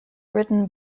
written